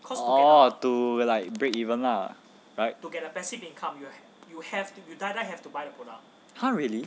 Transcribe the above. oh to like break even lah right !huh! really